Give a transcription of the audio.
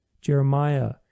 Jeremiah